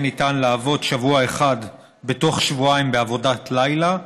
ניתן לעבוד שבוע אחד בתוך שבועיים בעבודת לילה,